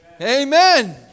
Amen